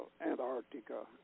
Antarctica